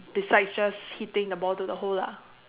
besides just hitting the ball to the hole lah